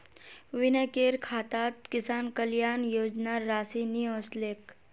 विनयकेर खातात किसान कल्याण योजनार राशि नि ओसलेक